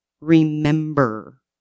remember